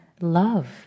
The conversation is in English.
love